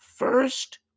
first